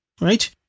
Right